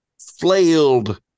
flailed